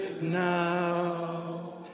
now